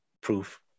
proof